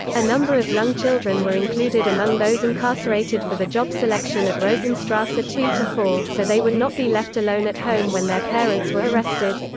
a number of young children were included among those incarcerated for the job selection at rosenstrasse two four so they would not be left alone at home when their parents were arrested.